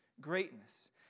greatness